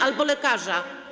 Albo lekarza.